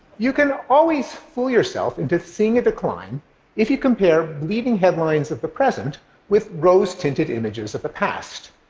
you can always fool yourself into seeing a decline if you compare bleeding headlines of the present with rose-tinted images of the past.